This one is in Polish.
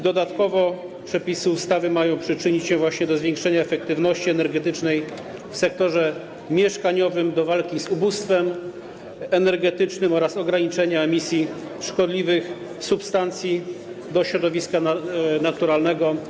Dodatkowo przepisy ustawy mają przyczynić się właśnie do zwiększenia efektywności energetycznej w sektorze mieszkaniowym, do walki z ubóstwem energetycznym oraz do ograniczenia emisji szkodliwych substancji do środowiska naturalnego.